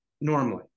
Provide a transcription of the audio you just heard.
normally